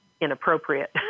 inappropriate